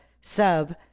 sub